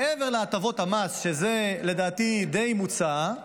מעבר להטבות המס שזה לדעתי די מוצה.